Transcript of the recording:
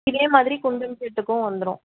இதேமாதிரி குந்தன் செட்டுக்கும் வந்துரும்